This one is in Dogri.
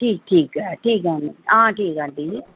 ठीक ठीक ऐ ठीक ऐ हां ठीक ऐ आंटी जी